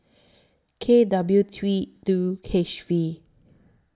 K W three two H V